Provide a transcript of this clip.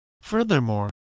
Furthermore